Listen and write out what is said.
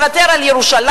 לוותר על ירושלים?